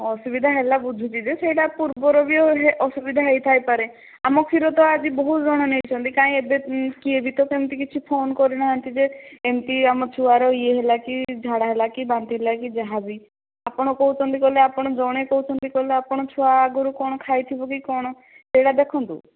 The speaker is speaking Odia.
ଅସୁବିଧା ହେଲା ବୁଝୁଛି ଯେ ସେଇଟା ପୂର୍ବରୁ ବି ଅସୁବିଧା ହେଇଥାଇ ପାରେ ଆମ କ୍ଷୀର ତ ଆଜି ବହୁତ ଜଣ ନେଇଛନ୍ତି କାଇଁ ଏବେ କିଏ ବି ତ ସେମିତି କିଛି ଫୋନ କରିନାହାନ୍ତି ଯେ ଏମିତି ଆମ ଛୁଆର ଇଏ ହେଲା କି ଝାଡ଼ା ହେଲା କି ବାନ୍ତି ହେଲା କି ଯାହାବି ଆପଣ କହୁଛନ୍ତି ଆପଣ ଜଣେ କହୁଛନ୍ତି କହିଲେ ଆପଣ ଛୁଆ ଆଗରୁ କଣ ଖାଇଥିବ କି କଣ ସେଇଟା ଦେଖନ୍ତୁ